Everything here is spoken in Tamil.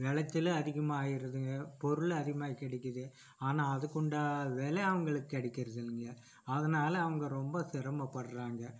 வெளைச்சலும் அதிகமாக ஆயிடுதுங்க பொருளும் அதிகமாக கிடைக்கிது ஆனால் அதுக்குண்டான வெலை அவங்களுக்கு கிடைக்கிறதில்லிங்க அதனால் அவங்க ரொம்ப சிரமப்படுறாங்க